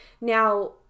Now